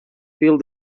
filled